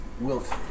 Wilt